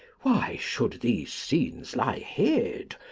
why shou'd these scenes lie hid,